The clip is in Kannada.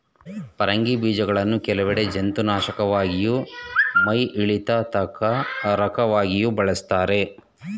ಪರಂಗಿ ಬೀಜಗಳನ್ನು ಕೆಲವೆಡೆ ಜಂತುನಾಶಕವಾಗಿಯೂ ಮೈಯಿಳಿತಕಾರಕವಾಗಿಯೂ ಬಳಸ್ತಾರೆ